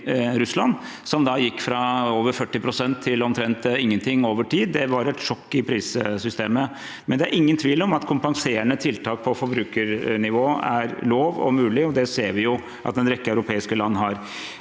som gikk fra over 40 pst. til omtrent ingenting over tid. Det var et sjokk i prissystemet. Det er ingen tvil om at kompenserende tiltak på forbrukernivå er lov og mulig, og det ser vi at en rekke europeiske land har.